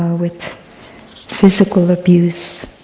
with physical abuse.